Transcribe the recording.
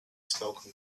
spoken